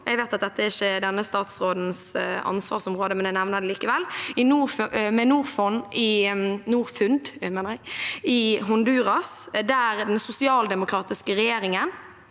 Jeg vet at det ikke er denne statsrådens ansvarsområde, men jeg nevner det likevel. I Honduras har den sosialdemokratiske regjeringen